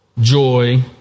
joy